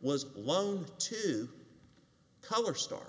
was loaned to color st